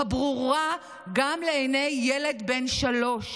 הברורה גם לעיני ילד בן שלוש: